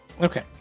Okay